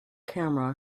camera